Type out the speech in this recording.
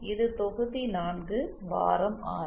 இது தொகுதி 4 வாரம் 6